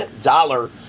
dollar